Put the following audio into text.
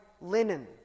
linen